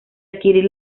adquirir